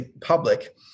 public